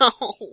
No